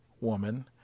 woman